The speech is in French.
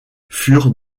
furent